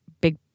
big